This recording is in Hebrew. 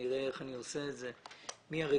אני עוד אראה איך אני עושה את זה, מי הרגולטור.